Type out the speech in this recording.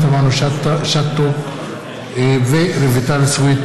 היום ניהלנו דיון בוועדת חוקה על חוק היועצים המשפטיים.